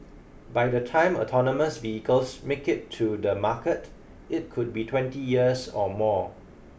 by the time autonomous vehicles make it to the market it could be twenty years or more